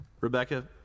Rebecca